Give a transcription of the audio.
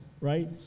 right